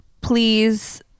please